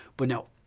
but no.